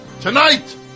Tonight